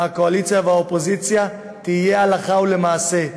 הקואליציה והאופוזיציה, תהיה הלכה למעשה.